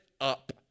up